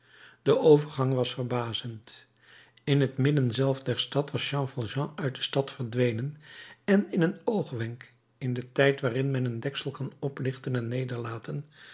de overgang was verbazend in het midden zelf der stad was jean valjean uit de stad verdwenen en in een oogwenk in den tijd waarin men een deksel kan oplichten en